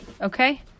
Okay